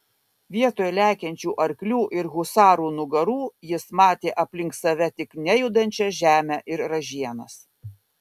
vietoj lekiančių arklių ir husarų nugarų jis matė aplink save tik nejudančią žemę ir ražienas